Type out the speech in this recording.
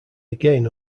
again